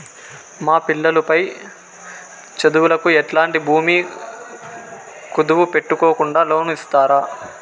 మా పిల్లలు పై చదువులకు ఎట్లాంటి భూమి కుదువు పెట్టుకోకుండా లోను ఇస్తారా